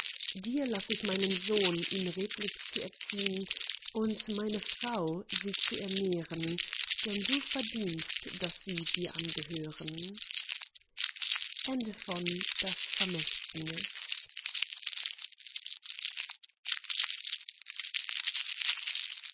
dir laß ich meinen sohn ihn redlich zu erziehn und meine frau sie zu ernähren denn du verdienst daß sie dir angehören